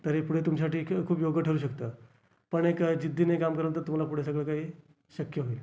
तर हे पुढे तुमच्यासाठी खूप योग्य ठरू शकतं पण एक आहे की जिद्दीने काम केल्यानंतर तुम्हाला पुढे सगळं काही शक्य होईल